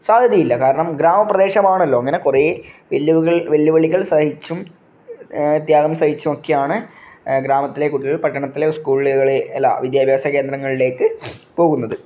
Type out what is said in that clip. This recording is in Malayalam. സാധ്യതയില്ല കാരണം ഗ്രാമപ്രദേശമാണല്ലോ അങ്ങനെ കുറേ വെല്ലുവികൾ വെല്ലുവിളികൾ സഹിച്ചും ത്യാഗം സഹിച്ചും ഒക്കെയാണ് ഗ്രാമത്തിലെ കുട്ടികൾ പട്ടണത്തിലെ സ്കൂളുകളിലേ അല്ല വിദ്യാഭ്യാസ കേന്ദ്രങ്ങളിലേക്ക് പോകുന്നത്